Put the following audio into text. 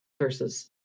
versus